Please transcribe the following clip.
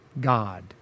God